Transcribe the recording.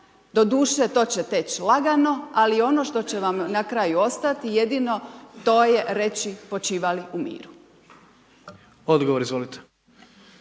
doduše to će teć lagano, ali ono što će vam na kraju ostati jedino to je reći počivali u miru. **Jandroković,